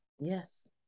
Yes